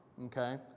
okay